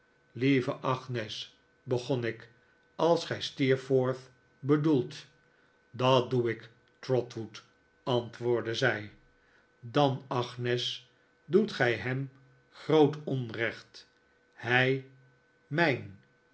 lieve agnes begon ik als gij steerforth bedoelt dat doe ik trot wood antwoordde zij dan agnes doet gij hem groot onrecht hij mijn